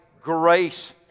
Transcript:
grace